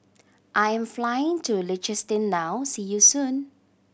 I am flying to Liechtenstein now see you soon